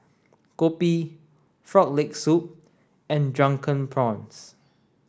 Kopi frog leg soup and drunken prawns